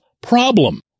problem